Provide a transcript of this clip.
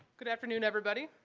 good afternoon, everybody.